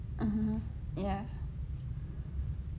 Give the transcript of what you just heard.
mmhmm ya